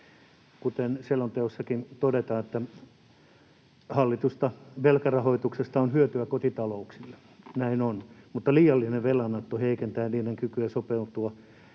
Kuten selonteossakin todetaan: ”Hallitusta velkarahoituksesta on hyötyä kotitalouksille” — näin on — ”mutta liiallinen velanotto heikentää niiden kykyä sopeutua